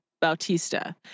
Bautista